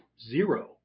zero